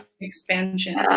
expansion